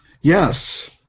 Yes